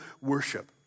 worship